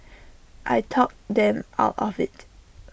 I talked them out of IT